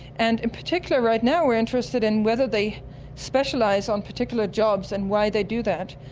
and in particular right now we're interested in whether they specialise on particular jobs and why they do that.